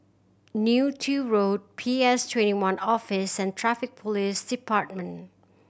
Neo Tiew Road P S Twenty one Office and Traffic Police Department